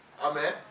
Amen